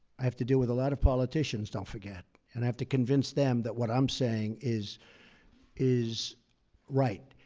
i have to deal with a lot of politicians, don't forget, and i have to convince them that what i'm saying is is right.